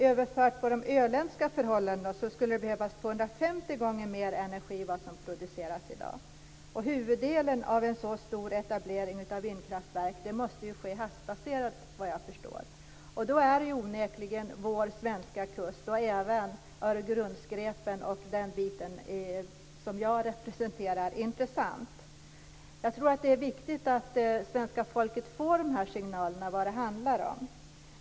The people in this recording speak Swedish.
Överfört till öländska förhållanden skulle det behövas 250 gånger mer energi än vad som produceras i dag. Huvuddelen av en så stor etablering av vindkraftverk måste ske havsbaserat, vad jag förstår. Det är onekligen vår svenska kust som är intressant. Det gäller också Öregrundsgrepen, i den del av landet som jag representerar. Det är viktigt att svenska folket får signaler om vad det handlar om.